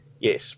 Yes